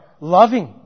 loving